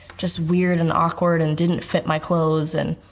just weird and awkward and didn't fit my clothes, and